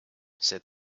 said